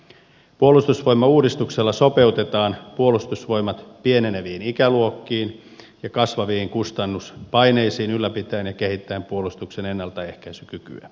puolustusvoimauudistuk sella sopeutetaan puolustusvoimat pieneneviin ikäluokkiin ja kasvaviin kustannuspaineisiin ylläpitäen ja kehittäen puolustuksen ennaltaehkäisykykyä